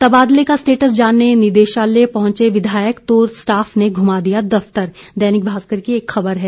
तबादले का स्टेटस जानने निदेशालय पहुंचे विधायक तो स्टाफ ने घुमा दिया दफ्तर दैनिक भास्कर की एक खबर है